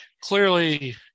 clearly